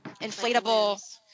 inflatable